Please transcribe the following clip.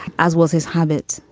as was his habit,